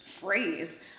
phrase